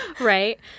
Right